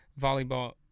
volleyball